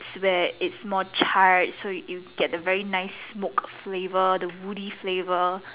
where it's more charred so you get a very nice smoked flavour a very woody flavour